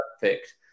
perfect